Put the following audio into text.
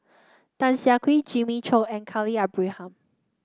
Tan Siah Kwee Jimmy Chok and Khalil Ibrahim